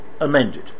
amended